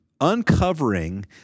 uncovering